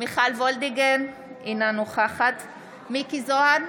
מיכל וולדיגר, אינה נוכחת מכלוף מיקי זוהר,